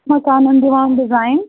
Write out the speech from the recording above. مکانن دِوان ڈِزایِن